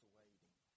waiting